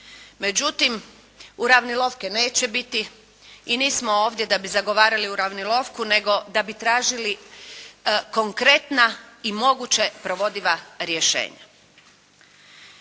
Međutim, uravnilovke neće biti i nismo ovdje da bismo zagovarali uravnilovku, nego da bi tražili konkretna i moguće provodiva rješenja.